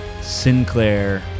Sinclair